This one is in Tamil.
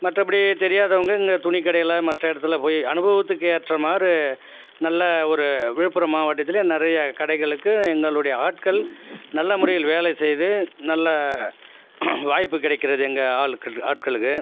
மற்றபடி தெரியாதவங்க இங்கே துணிக்கடையில் மற்ற இடத்துல போய் அனுபவத்துக்கு ஏற்றமாறு நல்ல ஒரு விழுப்புரம் மாவட்டத்திலே நிறைய கடைகளுக்கு எங்களுடைய ஆட்கள் நல்ல முறையில் வேலை செய்து நல்ல வாய்ப்பு கிடைக்கிறது எங்கள் ஆளுக்கு ஆட்களுக்கு